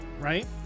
Right